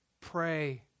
Pray